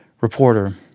reporter